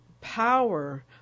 power